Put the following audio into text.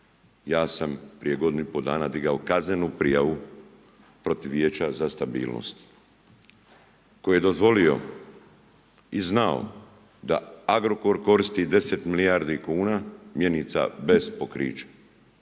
ja sam prije godinu i pol dana digao kaznenu prijavu protiv Vijeća za stabilnost koje je dozvolio i znao da Agrokor koristi 10 milijardi kuna mjenica bez pokrića.